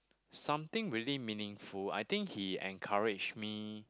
something really meaningful I think he encourage me